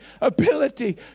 ability